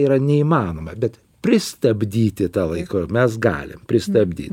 yra neįmanoma bet pristabdyti tą laiką mes galim pristabdyt